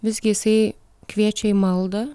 visgi jisai kviečia į maldą